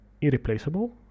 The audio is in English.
irreplaceable